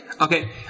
Okay